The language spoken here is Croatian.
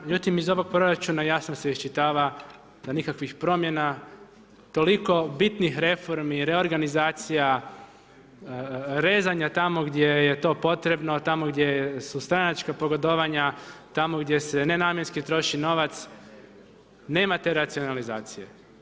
Međutim, iz ovog proračuna jasno se isčitava da nikakvih promjena, toliko bitnih reformi, reorganizacija, rezanja tamo gdje je to potrebno, tamo gdje su stranačka pogodovanja, tamo gdje se nenamjenski troši novac, nema te racionalizacije.